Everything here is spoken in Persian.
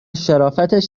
شرافتش